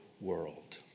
world